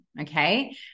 okay